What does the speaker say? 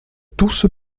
tousse